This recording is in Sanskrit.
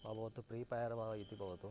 वा भवतु प्रीपैर् वा इति भवतु